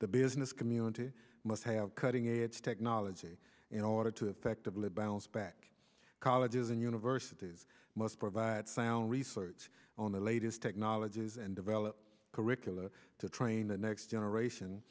the business community must have cutting edge technology in order to effectively balance back colleges and universities must provide sound research on the latest technologies and develop curriculum to train the next generation